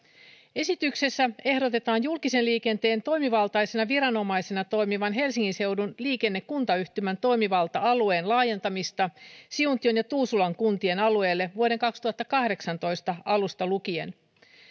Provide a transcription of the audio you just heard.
esityksessä ehdotetaan julkisen liikenteen toimivaltaisena viranomaisena toimivan helsingin seudun liikenne kuntayhtymän toimivalta alueen laajentamista siuntion ja tuusulan kuntien alueelle vuoden kaksituhattakahdeksantoista alusta lukien